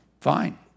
Fine